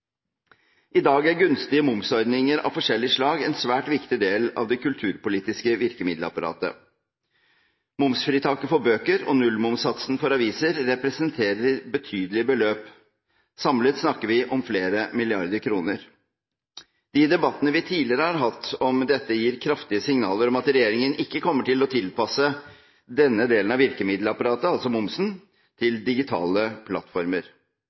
I dag er gunstige momsordninger av forskjellig slag en svært viktig del av det kulturpolitiske virkemiddelapparatet. Momsfritaket for bøker og nullmomssatsen for aviser representerer betydelige beløp; samlet snakker vi om flere milliarder kroner. De debattene vi tidligere har hatt om dette, gir kraftige signaler om at regjeringen ikke kommer til å tilpasse denne delen av virkemiddelapparatet, altså momsen, til digitale plattformer.